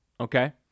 okay